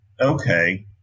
okay